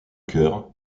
cœur